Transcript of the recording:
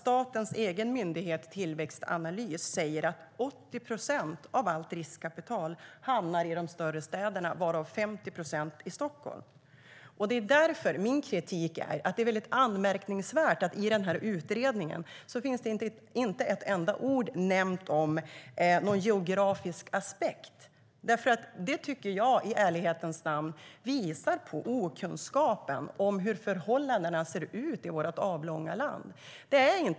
Statens egen myndighet, Tillväxtanalys, säger att 80 procent av allt riskkapital hamnar i de större städerna, varav 50 procent i Stockholm. Min kritik är därför att det är anmärkningsvärt att en geografisk aspekt inte nämns med ett enda ord i utredningen. I ärlighetens namn visar det på okunskapen om förhållandena i vårt avlånga land.